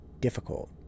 difficult